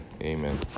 Amen